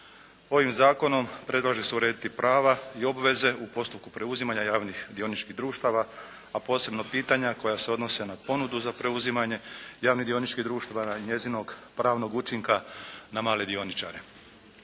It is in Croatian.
Ovim zakonom predlaže se urediti prava i obveze u postupku preuzimanja javnih dioničkih društava, a posebno pitanja koja se odnose na ponudu za preuzimanje javnih dioničkih društava, njezinog pravnog učinka na male dioničare.